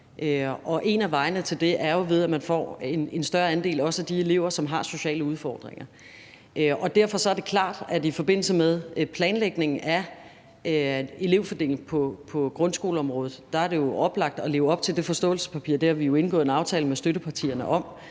En af vejene til det er jo, at man får en større andel af de elever, som har sociale udfordringer. Derfor er det i forbindelse med planlægningen af elevfordelingen på grundskoleområdet oplagt at leve op til det forståelsespapir. Det har vi jo indgået en aftale med støttepartierne om.